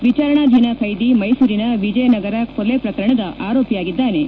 ವಿಚಾರಣಾಧೀನ ಖೈದಿ ಮೈಸೂರಿನ ವಿಜಯನಗರ ಕೊಲೆ ಪ್ರಕರಣದ ಆರೋಪಿಯಾಗಿದ್ದಾನೆ